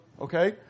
okay